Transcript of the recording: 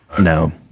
No